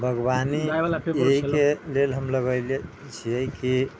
बागबानी अहिके लेल हम लगेने छियै कि